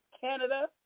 Canada